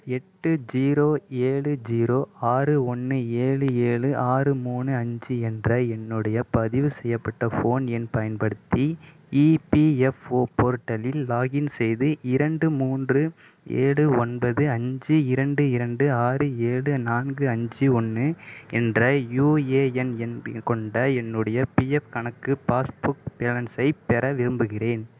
எட்டு ஜீரோ ஏழு ஜீரோ ஆறு ஒன்று ஏழு ஏழு ஆறு மூணு அஞ்சு என்ற என்னுடைய பதிவு செய்யப்பட்ட ஃபோன் எண் பயன்படுத்தி இபிஎஃப்ஓ போர்ட்டலில் லாகின் செய்து இரண்டு மூன்று ஏழு ஒன்பது அஞ்சு இரண்டு இரண்டு ஆறு ஏழு நான்கு அஞ்சு ஒன்று என்ற யுஏஎன் எண் கொண்ட என்னுடைய பிஎஃப் கணக்கு பாஸ்புக் பேலன்ஸை பெற விரும்புகிறேன்